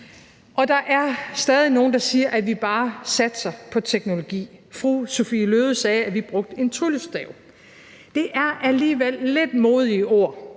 Der er stadig nogle, der siger, at vi bare satser på teknologi. Fru Sophie Løhde sagde, at vi brugte en tryllestav. Det er alligevel lidt modige ord,